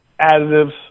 additives